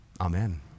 Amen